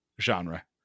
Genre